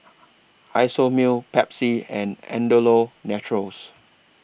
Isomil Pepsi and Andalou Naturals